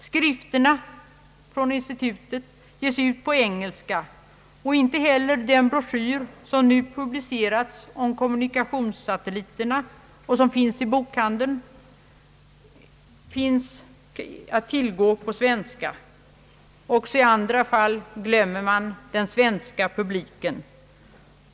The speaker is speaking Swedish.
Skrifterna från institutet ges ut på engelska, och inte heller den broschyr som nu publicerats och finns i bokhandeln om kommunikationssatelliterna finns att tillgå på svenska. Också i andra fall glömmer man den svenska publiken.